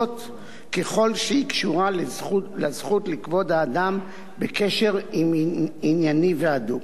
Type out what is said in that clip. ככל שהיא קשורה לזכות לכבוד האדם בקשר ענייני והדוק.